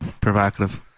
Provocative